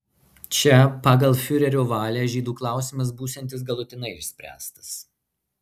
čia pagal fiurerio valią žydų klausimas būsiantis galutinai išspręstas